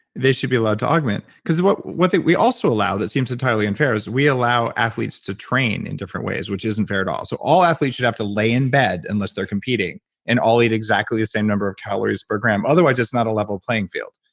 they should be allowed to augment because what what we also allow that seems entirely unfair, is we allow athletes to train in different ways, which isn't fair at all so all athletes should have to lay in bed unless they're competing and all eat exactly the same number of calories per gram otherwise, it's not a level playing field.